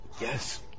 Yes